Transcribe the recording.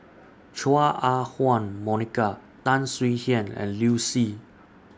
Chua Ah Huwa Monica Tan Swie Hian and Liu Si